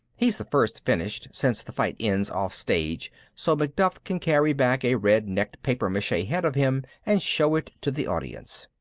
he's the first finished, since the fight ends offstage so macduff can carry back a red-necked papier-mache head of him and show it to the audience.